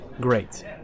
great